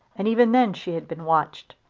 and even then she had been watched.